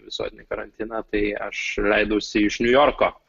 visuotinį karantiną tai aš leidausi iš niujorko